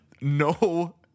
no